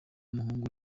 umuhungu